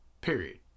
period